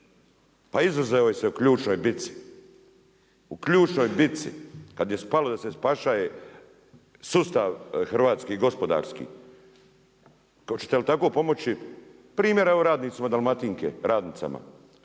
Pa izuzeo je se u ključnoj bici kada je spalo da se spašaje sustav hrvatski gospodarski. Hoćete li tako pomoći primjera evo radnicima Dalmatinke, radnicama kojima